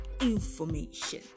information